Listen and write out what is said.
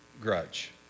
grudge